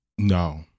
No